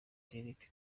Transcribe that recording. eric